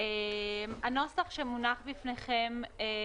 הנוסח שמונח בפניכם מבוסס,